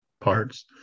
parts